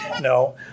No